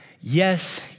Yes